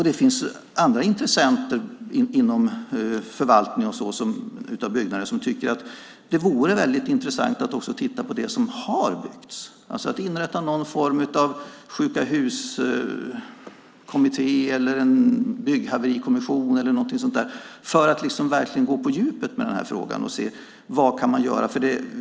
Det finns andra intressenter inom förvaltning av byggnader som tycker att det vore intressant att också titta på det som har byggts, alltså att det skulle inrättas någon form av sjuka-hus-kommitté eller en bygghaverikommission eller liknande för att verkligen gå på djupet med denna fråga och se vad man kan göra.